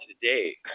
today